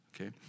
okay